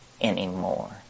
anymore